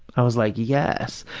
i was like, yes.